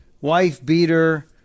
wife-beater